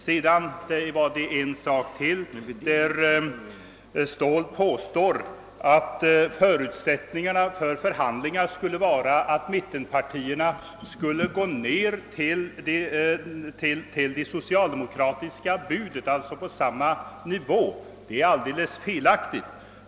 Herr Ståhl påstår vidare att förutsättningarna för förhandlingar skulle bestå i att mittenpartierna gick ner till det socialdemokratiska budets nivå. Det är alldeles felaktigt.